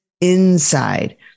inside